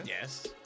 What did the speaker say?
Yes